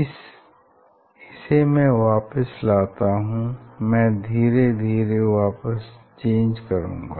इसे मैं वापिस लाता हूँ मैं इसे धीरे धीरे वापिस चेंज करूँगा